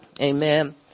Amen